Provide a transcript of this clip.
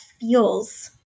feels